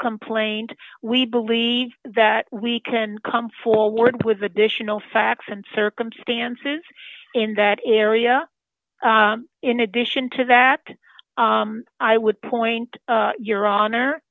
complaint we believe that we can come forward with additional facts and circumstances in that area in addition to that i would point your honor